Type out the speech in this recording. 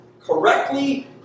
correctly